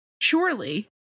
Surely